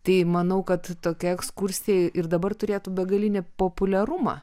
tai manau kad tokia ekskursija ir dabar turėtų begalinį populiarumą